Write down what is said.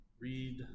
read